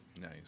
Nice